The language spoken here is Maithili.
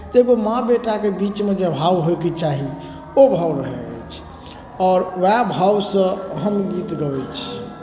तऽ एगो माँ बेटाके बीचमे जे भाव होइके चाही ओ भाव रहै अछि आओर उएह भावसँ हम गीत गबै छी